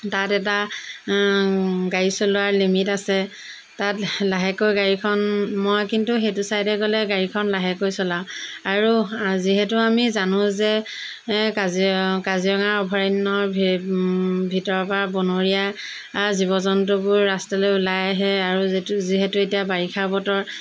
তাত এটা গাড়ী চলোৱা লিমিট আছে তাত লাহেকৈ গাড়ীখন মই কিন্তু সেইটো ছাইডে গ'লে গাড়ীখন লাহেকৈ চলাওঁ আৰু যিহেতু আমি জানো যে কাজিৰঙা অভয়াৰণ্যৰ ভিতৰৰপৰা বনৰীয়া জীৱ জন্তুবোৰ ৰাস্তালৈ ওলাই আহে আৰু যিটো যিহেতু এতিয়া বাৰিষাৰ বতৰ